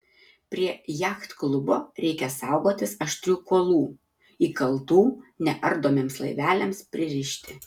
prie jachtklubo reikia saugotis aštrių kuolų įkaltų neardomiems laiveliams pririšti